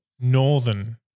northern